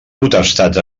potestats